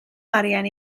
arian